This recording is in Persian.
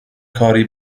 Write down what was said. کاری